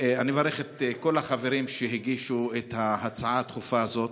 אני מברך את כל החברים שהגישו את ההצעה הדחופה הזאת.